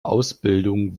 ausbildung